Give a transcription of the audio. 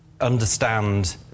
understand